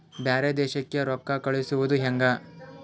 ಬ್ಯಾರೆ ದೇಶಕ್ಕೆ ರೊಕ್ಕ ಕಳಿಸುವುದು ಹ್ಯಾಂಗ?